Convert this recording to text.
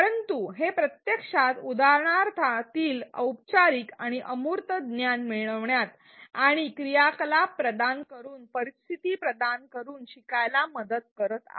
परंतु हे प्रत्यक्षात उदाहरणार्थातील औपचारिक आणि अमूर्त ज्ञान मिळवण्यात आणि क्रियाकलाप प्रदान करून परिस्थिती प्रदान करुन शिकायला मदत करत आहे